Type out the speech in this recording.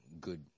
good